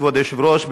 כבוד היושב-ראש,